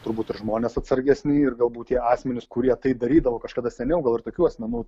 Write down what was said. turbūt ir žmonės atsargesni ir galbūt tie asmenys kurie tai darydavo kažkada seniau gal ir tokių asmenų